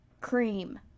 cream